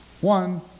One